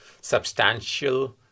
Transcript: substantial